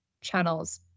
channels